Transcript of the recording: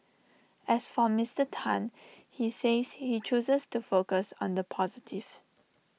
as for Mister Tan he says he chooses to focus on the positive